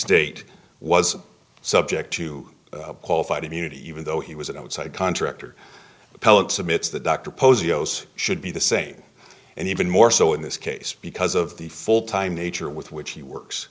state was subject to qualified immunity even though he was an outside contractor appellant submits the dr posey should be the same and even more so in this case because of the full time nature with which he works